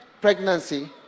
pregnancy